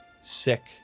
sick